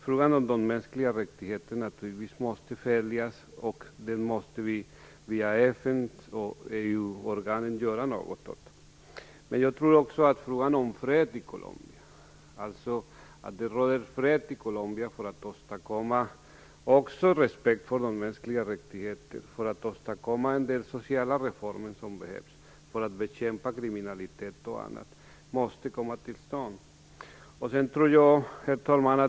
Frågan om de mänskliga rättigheterna måste följas upp. Vi måste där göra något via FN och EU-organen. Det måste råda fred i Colombia för att man skall åstadkomma respekt för de mänskliga rättigheterna och åstadkomma en del sociala reformer som behövs för att bekämpa kriminalitet och annat. Det måste komma till stånd. Herr talman!